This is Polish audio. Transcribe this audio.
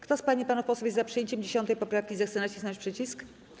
Kto z pań i panów posłów jest za przyjęciem 10. poprawki, zechce nacisnąć przycisk.